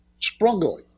sprungly